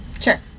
Sure